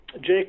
Jake